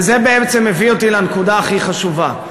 וזה בעצם מביא אותי לנקודה הכי חשובה.